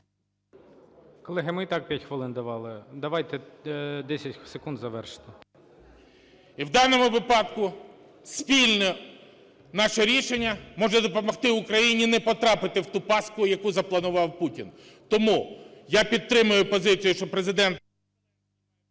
Колеги, ми і так 5 хвилин давали. Давайте, 10 секунд, завершити. ПОРОШЕНКО П.О. І в даному випадку спільне наше рішення може допомогти Україні не потрапити в ту пастку, яку запланував Путін. Тому я підтримую позицію, що Президент…